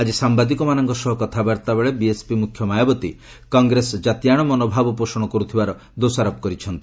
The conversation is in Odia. ଆଜି ସାମ୍ବାଦିକମାନଙ୍କ ସହ କଥାବାର୍ତ୍ତା ବେଳେ ବିଏସ୍ପି ମ୍ରଖ୍ୟ ମାୟାବତୀ କଂଗ୍ରେସ ଜାତିଆଣ ମନୋଭାବ ପୋଷଣ କର୍ତ୍ଥିବାର ଦୋଷାରୋପ କରିଛନ୍ତି